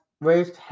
raised